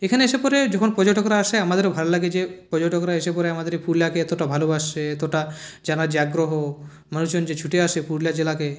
এখানে এসে পরে যখন পর্যাটকরা আসে আমাদেরও ভাল লাগে যে পর্যাটকরা এসে পরে আমাদের পুরুলিয়াকে এতটা ভালবাসছে এতটা জানার যে আগ্রহ মানুষজন যে ছুটে আসে পুরুলিয়া জেলাকে